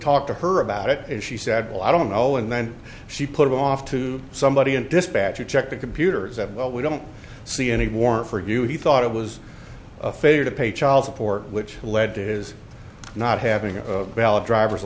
talked to her about it she said well i don't know and then she put it off to somebody and dispatcher checked the computers that we don't see any warrant for you he thought it was a failure to pay child support which led to his not having a valid driver's